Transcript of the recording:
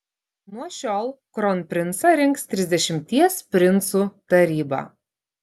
nuo šiol kronprincą rinks trisdešimties princų taryba